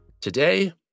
Today